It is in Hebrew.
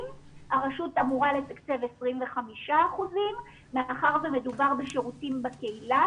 הרשות אמורה לתקצב 25%. מאחר ומדובר בשירותים בקהילה,